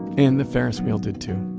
and the ferris wheel did too.